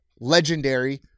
Legendary